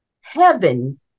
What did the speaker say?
heaven